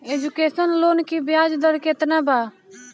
Education loan की ब्याज दर केतना बा?